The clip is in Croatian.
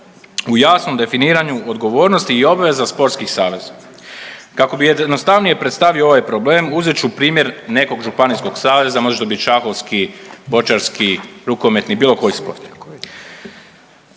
u jasnom definiranju odgovornosti i obveza sportskih saveza. Kako bi jednostavnije predstavio ovaj problem uzeti ću primjer nekog županijskog saveza može to bit šahovski, bočarski, rukometni bilo koji sport.